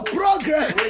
progress